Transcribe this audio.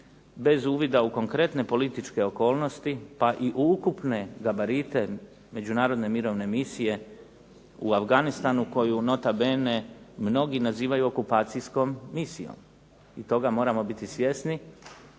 bez uvida u konkretne političke okolnosti, pa i u ukupne gabarite međunarodne mirovne misije u Afganistanu koju nota bene mnogi nazivaju okupacijskom misijom. I toga moramo biti svjesni,